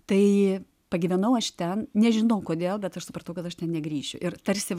tai pagyvenau aš ten nežinau kodėl bet aš supratau kad aš ten negrįšiu ir tarsi